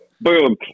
Boom